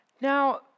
Now